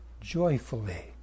joyfully